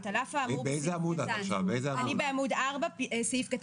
אם מבקשים מאיתנו הארכה לשלוש שנים אז אני רוצה לקבל